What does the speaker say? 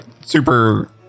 super